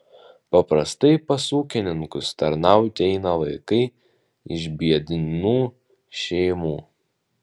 paprastai pas ūkininkus tarnauti eina vaikai iš biednų šeimų